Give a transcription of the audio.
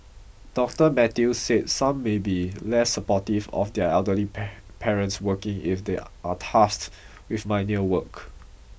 Doctor Matthew said some may be less supportive of their elderly parents working if they are tasked with menial work